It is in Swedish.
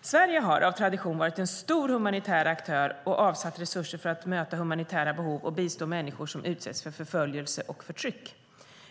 Sverige har av tradition varit en stor humanitär aktör och avsatt resurser för att möta humanitära behov och bistå människor som utsätts för förföljelse och förtryck.